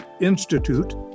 Institute